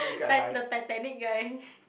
ti~ the Titanic ya ya